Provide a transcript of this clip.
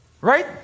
Right